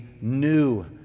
new